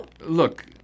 Look